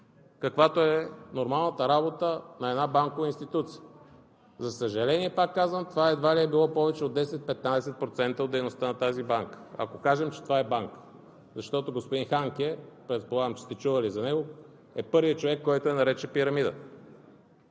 каквато е нормалната работа на една банкова институция. За съжаление, повтарям, това едва ли е било повече от 10 – 15% от дейността на тази банка, ако кажем, че това е банка. Защото господин Ханке, предполагам, че сте чували за него, е първият човек, който я нарече пирамида.